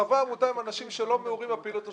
חברי העמותה הם אנשים שלא מעורים בפעילות השוטפת.